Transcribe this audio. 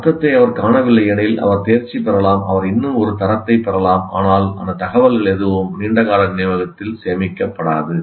அர்த்தத்தை அவர் காணவில்லை எனில் அவர் தேர்ச்சி பெறலாம் அவர் இன்னும் ஒரு தரத்தைப் பெறலாம் ஆனால் அந்த தகவல்கள் எதுவும் நீண்டகால நினைவகத்தில் சேமிக்கப்படாது